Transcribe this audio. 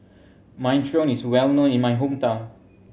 minestrone is well known in my hometown